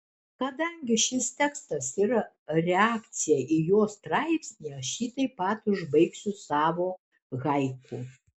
kadangi šis tekstas yra reakcija į jo straipsnį aš jį taip pat užbaigsiu savu haiku